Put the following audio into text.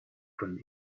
von